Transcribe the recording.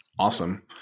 Awesome